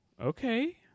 Okay